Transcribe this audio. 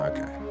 Okay